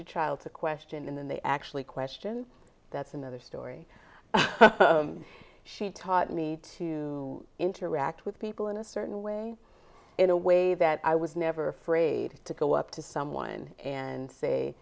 a child to question and then they actually question that's another story she taught me to interact with people in a certain way in a way that i was never afraid to go up to someone and say